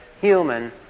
human